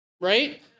right